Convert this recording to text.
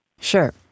Sure